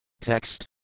Text